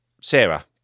Sarah